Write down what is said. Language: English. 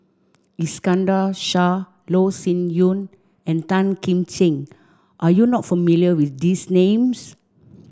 Iskandar Shah Loh Sin Yun and Tan Kim Ching are you not familiar with these names